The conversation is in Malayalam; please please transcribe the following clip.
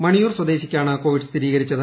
മണിയൂർ സ്വദേശിക്കാണ് കോവിഡ് സ്ഥിരീകരിച്ചത്